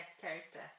character